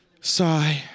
Sigh